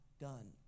done